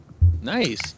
Nice